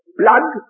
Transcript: blood